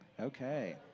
okay